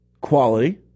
quality